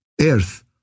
earth